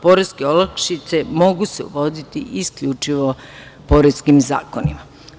Poreske olakšice mogu se voditi isključivo poreskim zakonima.